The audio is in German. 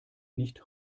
nicht